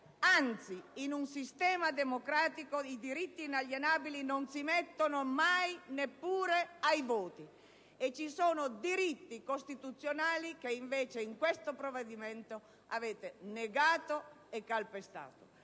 anzi, in un sistema democratico i diritti inalienabili non si mettono mai neppure ai voti. Ci sono invece diritti costituzionali che in questo provvedimento avete negato e calpestato.